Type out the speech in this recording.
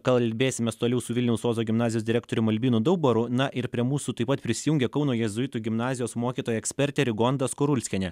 kalbėsimės toliau su vilniaus ozo gimnazijos direktorium albinu daubaru na ir prie mūsų taip pat prisijungė kauno jėzuitų gimnazijos mokytoja ekspertė rigonda skurulskienė